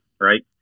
Right